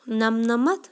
نَمہٕ نَمَتھ